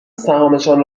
سهامشان